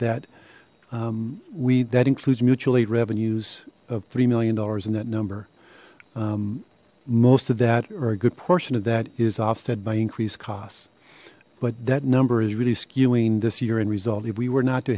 that we that includes mutual aid revenues of three million dollars in that number most of that or a good portion of that is offset by increased costs but that number is really skewing this year end result if we were not to